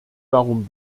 darum